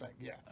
Yes